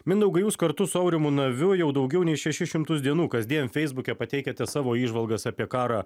mindaugai jūs kartu su aurimu naviu jau daugiau nei šešis šimtus dienų kasdien feisbuke pateikiate savo įžvalgas apie karą